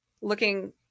looking